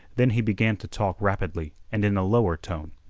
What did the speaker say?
then he began to talk rapidly and in a lower tone.